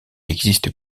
existe